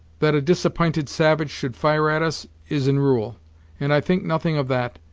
that a disapp'inted savage should fire at us, is in rule and i think nothing of that.